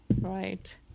Right